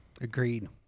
Agreed